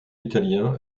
italien